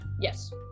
yes